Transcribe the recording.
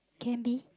can be